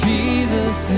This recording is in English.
Jesus